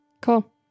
Cool